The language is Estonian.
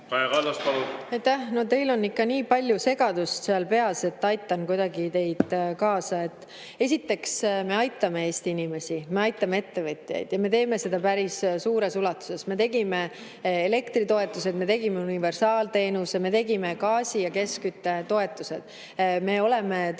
teil on ikka nii palju segadust seal peas, et aitan kuidagi teid [järjele]. Esiteks, me aitame Eesti inimesi, me aitame ettevõtjaid ja me teeme seda päris suures ulatuses. Me tegime elektritoetused, me tegime universaalteenuse, me tegime gaasi- ja keskküttetoetused. Me tõstsime pensione.